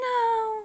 No